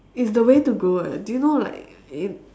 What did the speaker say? it's the way to go eh do you know like if